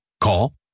Call